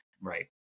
right